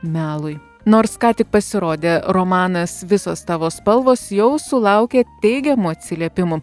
melui nors ką tik pasirodė romanas visos tavo spalvos jau sulaukė teigiamų atsiliepimų